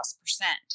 percent